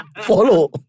Follow